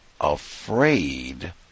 afraid